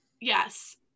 yes